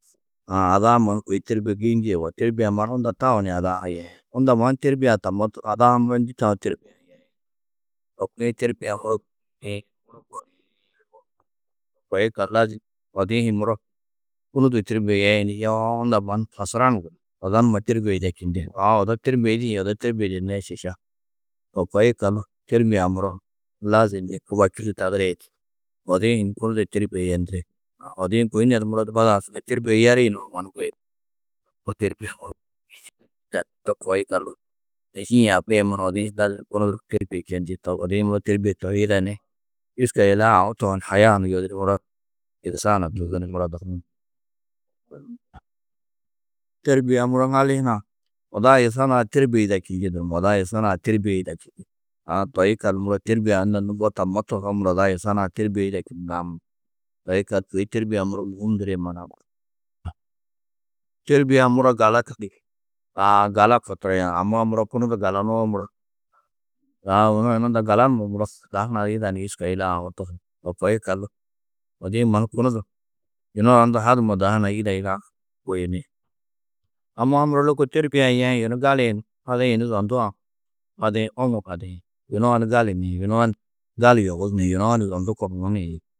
aa, ada-ã mannu kôi têrbie guyundîe yugó, têrbie-ã mannu unda tau ni ada-ã ha yeĩ. Unda mannu têrbie-ã tammo to ada-ã muro ndû tau têrbie-ã yeĩ. To kuĩ têrbie-ã muro kunu koo di to koo yikaldu lazim odi-ĩ hi muro kunu du têrbie yeĩ ni, yewo unda mannu hasuran gunú. Odo numa têrbie yida čindi, aũ odo têrbie yidĩ yê odo têrbie tidannãá yê šiša. To koo yikaldu, têrbie-ã muro lazim ni kuba čû du tadiri ni odi-ĩ hi ni kunu du têrbie yendiri. Odi-ĩ buyunodi muro badã sûgoi têrbie yeri nuũ mannu guyunú. to koo yikallu ayî-ĩ yê abba-ã yê muro odi-ĩ hi gali di kunu du têrbie čendi, odi-ĩ muro têrbie to hi yida ni jûska yunu-ã aũ tohu ni haya hunu yodiri, muro dugusa huna muro dahu-ã. Tèrbie-ã muro ŋali hunã odo a yuson-ã têrbie yida čindĩ durumuũ, odo a yuson-ã têrbie yida čindi. A toi yikallu, muro têrbie unda mbo tammo tohoo muro, odo yuson-ã yida čindinãá munumuũ. Toi yikallu kôi têrbie-ã mûhim mbirĩ a muro. Têrbie-ã muro galadi dige, aã, gala koo tohi, amma muro kunu du galanuwo muro, aã yunu a unda galanuma muro su da hunã yida ni jûska îla aũ tohi. To koo yikallu, odi-ĩ mannu kunu du yunu a unda haduma da hunã yida yida buyini. Amma muro lôko têrbie-ã yeĩ, yunu gali-ĩ hadiĩ ni yunu zondu-ã hadiĩ, hoŋuũ hadiĩ. Yunu a ni gali niĩ yunu a ni gali yogus niĩ yunu a ni zondu kohuú niĩ.